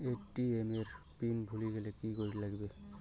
ATM এর pin ভুলি গেলে কি করিবার লাগবে?